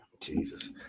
Jesus